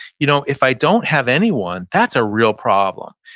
you know if i don't have anyone, that's a real problem.